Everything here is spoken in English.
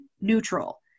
neutral